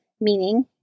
meaning